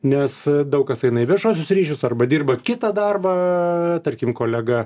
nes daug kas eina į viešuosius ryšius arba dirba kitą darbą tarkim kolega